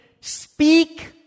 speak